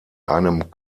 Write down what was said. einem